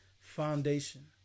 foundation